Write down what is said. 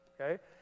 okay